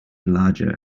larger